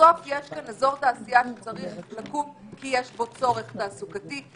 בסוף יש כאן אזור תעשייה שצריך לקום כי יש בו צורך תעסוקתי.